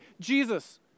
jesus